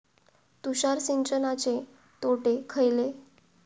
तुषार सिंचनाचे तोटे खयले?